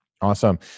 Awesome